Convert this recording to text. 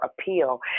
appeal